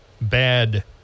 bad